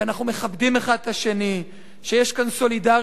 שאנחנו מכבדים אחד את השני, שיש כאן סולידריות,